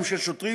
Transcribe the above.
גם של שוטרים,